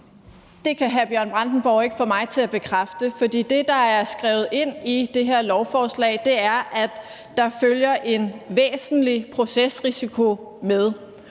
Det kan hr. Bjørn Brandenborg ikke få mig til at bekræfte, for det, der er skrevet ind i det her lovforslag, er, at der følger en væsentlig procesrisiko med.